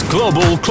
Global